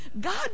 God